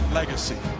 legacy